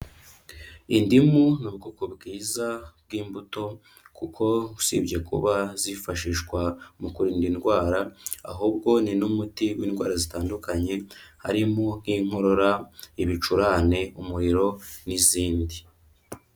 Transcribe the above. Indimu n' ubwoko bwiza bw'imbuto, kuko usibye kuba zifashishwa mu kurinda indwara, ahubwo ni n'umuti w'indwara zitandukanye, harimo nk'inkorora, ibicurane, umuriro n'izindi.